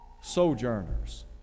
sojourners